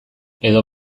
edo